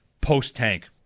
post-tank